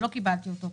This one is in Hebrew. ולא קיבלתי אותו פה,